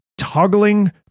toggling